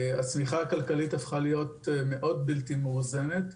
הצמיחה הכלכלית הפכה להיות מאוד בלתי מאוזנת,